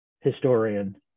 historian